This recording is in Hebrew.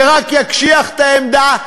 זה רק יקשיח את העמדה,